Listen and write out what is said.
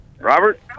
Robert